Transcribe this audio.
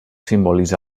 simbolitza